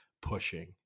pushing